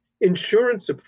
Insurance